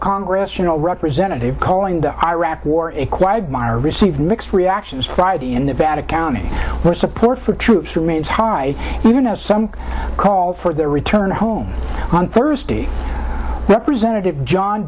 congress you know representative calling the iraq war a quagmire received mixed reactions friday in nevada county where support for troops remains high even as some call for their return home on thursday representative john